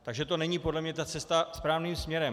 Takže to není podle mne cesta správným směrem.